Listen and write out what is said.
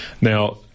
Now